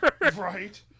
Right